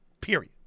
Period